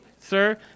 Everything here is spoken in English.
sir